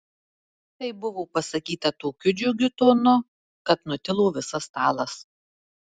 tai buvo pasakyta tokiu džiugiu tonu kad nutilo visas stalas